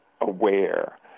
aware